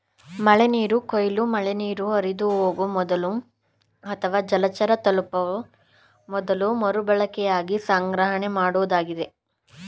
ಮಳೆನೀರು ಕೊಯ್ಲು ಮಳೆನೀರು ಹರಿದುಹೋಗೊ ಮೊದಲು ಅಥವಾ ಜಲಚರ ತಲುಪುವ ಮೊದಲು ಮರುಬಳಕೆಗಾಗಿ ಸಂಗ್ರಹಣೆಮಾಡೋದಾಗಿದೆ